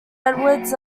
edwards